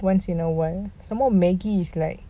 once in a while some more maggi is like